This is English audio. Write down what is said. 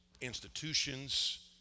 institutions